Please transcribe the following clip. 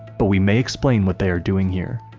but we may explain what they are doing here.